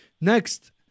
Next